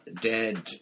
dead